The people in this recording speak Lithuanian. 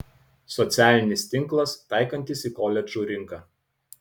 socialinis tinklas taikantis į koledžų rinką